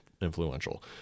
influential